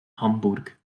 hamburg